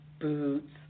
boots